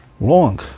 long